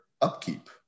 upkeep